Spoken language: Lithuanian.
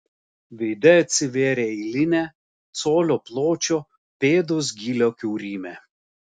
veide atsivėrė eilinė colio pločio pėdos gylio kiaurymė